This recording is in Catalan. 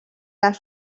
les